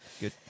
good